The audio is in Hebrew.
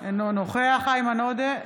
אינו נוכח איימן עודה,